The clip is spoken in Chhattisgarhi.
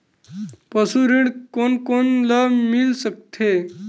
पशु ऋण कोन कोन ल मिल सकथे?